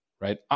right